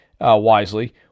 wisely